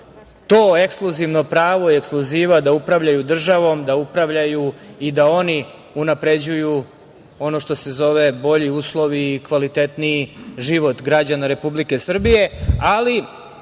to ekskluzivno prvo, ekskluziva, da upravljaju državom i da oni unapređuju ono što se zove bolji uslovi i kvalitetniji život građana Republike Srbije. Ali,